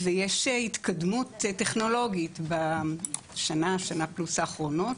ויש התקדמות טכנולוגית בשנה, שנה פלוס האחרונות